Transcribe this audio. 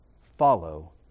follow